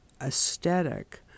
aesthetic